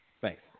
Thanks